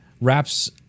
wraps